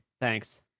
Thanks